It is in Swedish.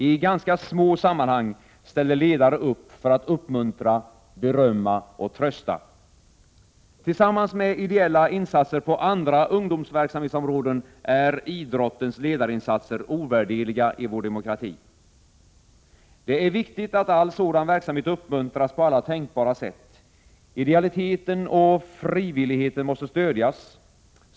I ganska små sammanhang ställer ledare upp för att uppmuntra, berömma och trösta. Tillsammans med ideella insatser på andra ungdomsverksamhetsområden är idrottens ledarinsatser ovärderliga i vår demokrati. Det är viktigt att all sådan verksamhet uppmuntras på alla tänkbara sätt. Idealiteten och frivilligheten måste stödjas.